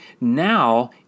now